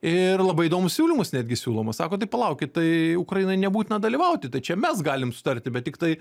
ir labai įdomūs siūlymus netgi siūloma sako tai palaukit tai ukrainai nebūtina dalyvauti tai čia mes galim sutarti bet tiktai